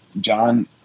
John